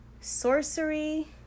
sorcery